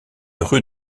rue